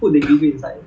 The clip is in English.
几号 ah 几号 ah